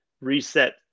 reset